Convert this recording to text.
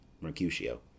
Mercutio